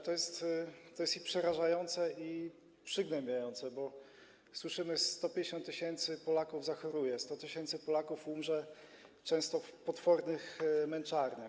To jest i przerażające, i przygnębiające, bo słyszymy: 150 tys. Polaków zachoruje, 100 tys. Polaków umrze, często w potwornych męczarniach.